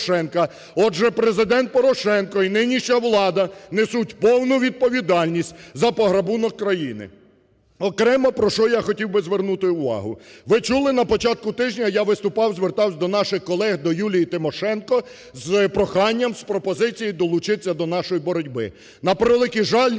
Отже, Президент Порошенко і нинішня влада несуть повну відповідальність за пограбунок країни. Окремо, про що я хотів би звернути увагу. Ви чули, на початку тижня я виступав, звертався до наших колег, до Юлії Тимошенко з проханням, з пропозицією долучитися до нашої боротьби.